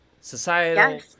societal